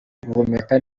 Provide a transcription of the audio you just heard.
guhumeka